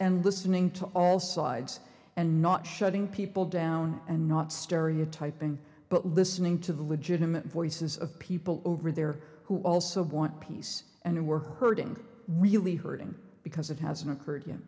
and listening to all sides and not shutting people down and not stereotyping but listening to the legitimate voices of people over there who also want peace and who are hurting really hurting because it hasn't occur